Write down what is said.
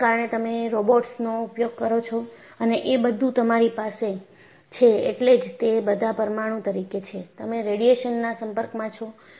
એના કારણે તમે રોબોટ્સનો ઉપયોગ કરો છો અને એ બધું તમારી પાસે છે એટલે જ તે બધા પરમાણુ તરીકે છે તમે રેડિયેશનના સંપર્કમાં છો